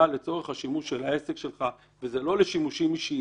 השאלה אם אתה פועל בכובע שלך כתאגיד או יחיד היא